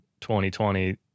2020